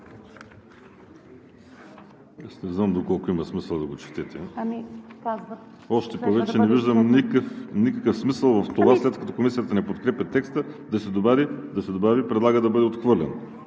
Не знам доколко има смисъл да го четете. Още повече че не виждам никакъв смисъл в това, след като Комисията не подкрепя текста, да се добави „предлага да бъде отхвърлен“.